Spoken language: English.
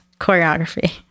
choreography